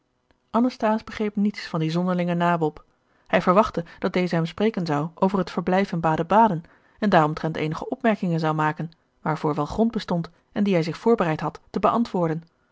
anasthase begreep niets van dien zonderlingen nabob hij verwachtte dat deze hem spreken zou over het verblijf in baden-baden en daaromtrent eenige opmerkingen zou maken waarvoor wel grond bestond en die hij zich voorbereid had te beantwoorden